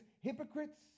hypocrites